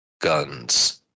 Guns